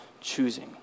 choosing